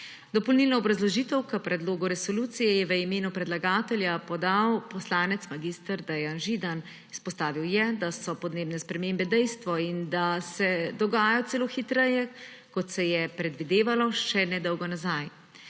Dopolnilno obrazložitev k predlogu resolucije je v imenu predlagatelja podal poslanec mag. Dejan Židan. Izpostavil je, da so podnebne spremembe dejstvo in da se dogajajo celo hitreje, kot se je predvidevalo še nedolgo nazaj.